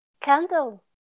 Candle